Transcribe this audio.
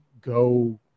go